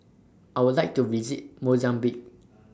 I Would like to visit Mozambique